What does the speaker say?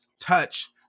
touch